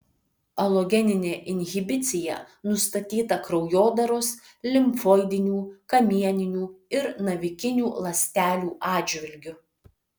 alogeninė inhibicija nustatyta kraujodaros limfoidinių kamieninių ir navikinių ląstelių atžvilgiu